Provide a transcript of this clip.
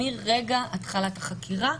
מרגע התחלת החקירה,